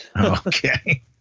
Okay